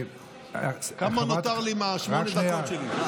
כמה נותר לי מהשמונה דקות שלי?